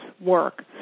work